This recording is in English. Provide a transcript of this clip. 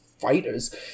fighters